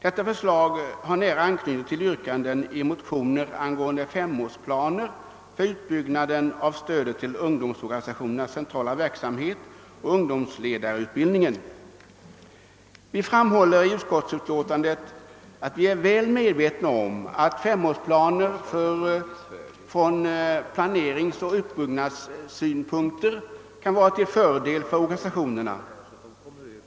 Detta förslag har nära anknytning till yrkanden i motioner angående femårsplaner för utbyggnaden Vi framhåller i utskottsutlåtandet att vi är väl medvetna om att femårsplaner från planeringsoch uppbyggnadssynpunkter kan vara till fördel för organisationerna.